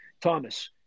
Thomas